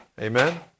Amen